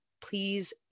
please